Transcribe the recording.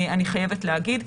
אני חייבת להגיד.